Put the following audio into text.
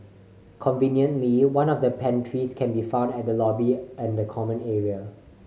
conveniently one of the pantries can be found at the lobby and common area